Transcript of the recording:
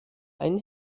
einen